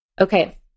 Okay